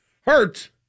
hurt